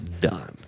done